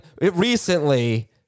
recently